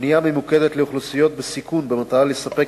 פנייה ממוקדת לאוכלוסיות בסיכון במטרה לספק